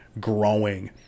growing